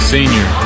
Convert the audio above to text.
Senior